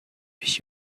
биш